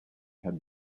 had